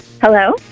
Hello